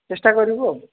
ଚେଷ୍ଟା କରିବୁ ଆଉ